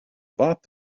bought